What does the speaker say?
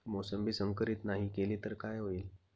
मोसंबी संकरित नाही केली तर काय होईल?